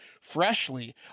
Freshly